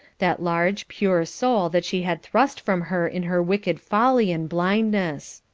that large, pure soul that she had thrust from her in her wicked folly and blindness.